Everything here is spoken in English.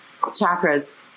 chakras